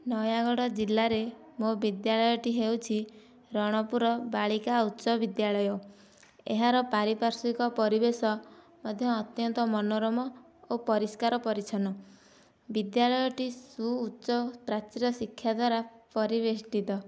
ନୟାଗଡ଼ ଜିଲ୍ଲାରେ ମୋ ବିଦ୍ୟାଳୟଟି ହେଉଛି ରଣପୁର ବାଳିକା ଉଚ୍ଚ ବିଦ୍ୟାଳୟ ଏହାର ପାରିପାର୍ଶ୍ଵୀକ ପରିବେଶ ମଧ୍ୟ ଅତ୍ୟନ୍ତ ମନୋରମ ଓ ପରିଷ୍କାର ପରିଚ୍ଛନ ବିଦ୍ୟାଳୟଟି ସୁ ଉଚ୍ଚ ପ୍ରାଚୀର ଶିକ୍ଷା ଦ୍ଵାରା ପରିବେଷ୍ଟିତ